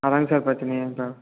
அதுதாங் sir பிரச்சினையே இப்போ